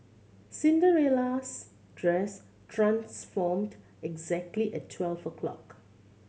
Cinderella's dress transformed exactly at twelve o' clock